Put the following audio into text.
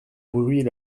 bruit